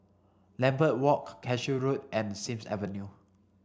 Lambeth Walk Cashew Road and Sims Avenue